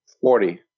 Forty